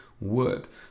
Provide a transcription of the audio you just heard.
work